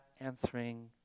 answering